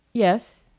yes.